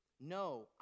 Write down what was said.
No